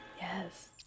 Yes